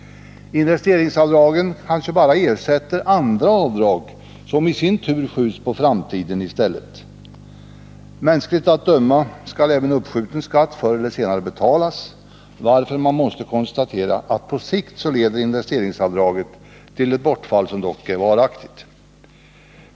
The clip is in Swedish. Investeringsavdragen kanske bara ersätter andra avdrag, som i sin tur skjuts på framtiden. Mänskligt att döma skall dock även uppskjuten skatt förr eller senare betalas, varför man måste konstatera att investeringsavdraget på sikt leder till ett bortfall som är varaktigt.